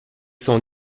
cent